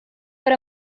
per